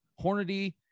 Hornady